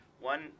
One